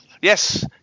Yes